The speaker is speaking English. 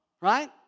right